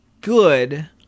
Good